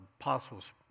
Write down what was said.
apostles